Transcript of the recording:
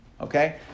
Okay